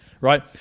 right